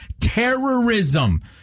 terrorism